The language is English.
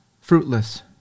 fruitless